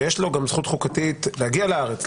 שיש לו גם זכות חוקתית להגיע לארץ,